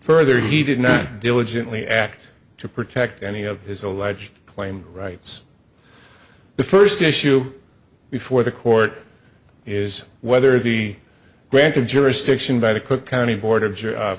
further he did not diligently act to protect any of his alleged claimed rights the first issue before the court is whether it be granted jurisdiction by the cook